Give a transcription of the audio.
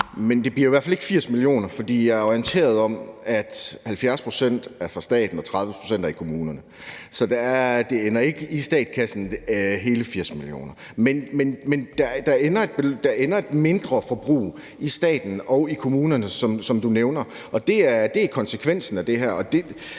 men det bliver i hvert fald ikke 80 mio. kr., for jeg er orienteret om, at 70 pct. er fra staten og 30 pct. er fra kommunerne. Så alle 80 mio. kr. ender ikke i statskassen. Men det ender med et mindre forbrug i staten og i kommunerne, som du nævner, og det er konsekvensen af det her,